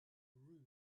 roof